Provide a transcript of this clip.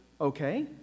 Okay